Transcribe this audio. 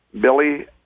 Billy